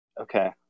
Okay